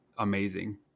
amazing